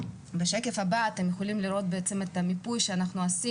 בשקף הבא אתם יכולים לראות את המיפוי שעשינו,